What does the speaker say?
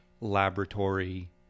laboratory